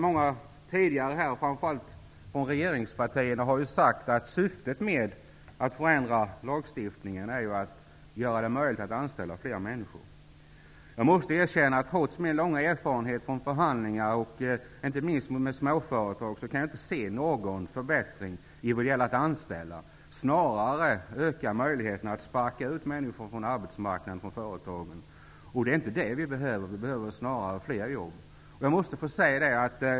Många tidigare talare från regeringspartierna har ju sagt att syftet med detta är att göra det möjligt att anställa fler människor. Trots min långa erfarenhet av förhandlingar, inte minst när det gäller småföretag, kan jag inte se någon förbättring av möjligheterna att anställa, snarare ökar möjligheterna att sparka ut människor från företagen. Det är inte det som vi behöver, utan vi behöver fler jobb.